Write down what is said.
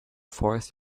forest